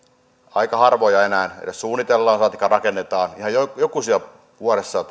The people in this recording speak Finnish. aika harvoja uusia parsinavettoja enää edes suunnitellaan saatikka rakennetaan ihan jokusia vuodessa